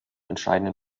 entscheidenden